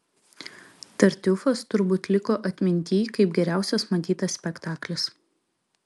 tartiufas turbūt liko atmintyj kaip geriausias matytas spektaklis